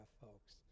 folks